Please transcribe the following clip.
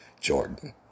Jordan